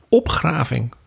opgraving